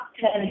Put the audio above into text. ten